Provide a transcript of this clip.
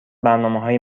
برنامههای